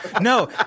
no